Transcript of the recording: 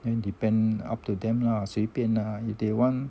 then depend up to them la 随便啦 if they want